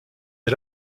des